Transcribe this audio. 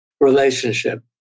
relationship